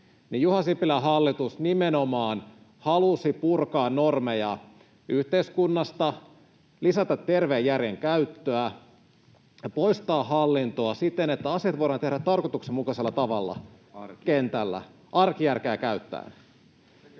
Juha Sipilän hallitus nimenomaan halusi purkaa normeja yhteiskunnasta, lisätä terveen järjen käyttöä ja poistaa hallintoa siten, että asiat voidaan tehdä tarkoituksenmukaisella tavalla kentällä arkijärkeä käyttäen,